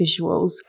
visuals